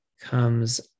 comes